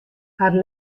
har